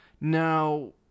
Now